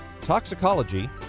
toxicology